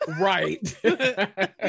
Right